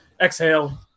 Exhale